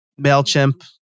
Mailchimp